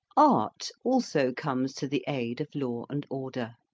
art also comes to the aid of law and order.